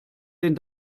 den